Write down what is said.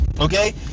Okay